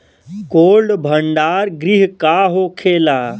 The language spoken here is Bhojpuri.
कोल्ड भण्डार गृह का होखेला?